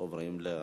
עוברים להצבעה.